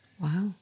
Wow